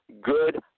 good